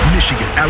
Michigan